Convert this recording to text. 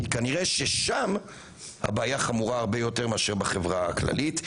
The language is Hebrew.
כי כנראה ששם הבעיה חמורה הרבה יותר מאשר בחברה הכללית,